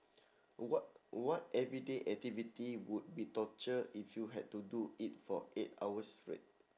what what everyday activity would be torture if you had to do it for eight hours straight